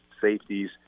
safeties